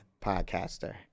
podcaster